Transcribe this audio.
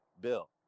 Bill